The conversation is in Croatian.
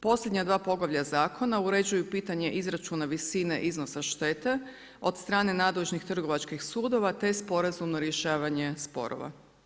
Posljednja 2 poglavalja zakona, uređuje pitanja izračuna visine iznosa štete od strane nadležnih trgovačkih sudova, te sporazumno rješavanje sporova.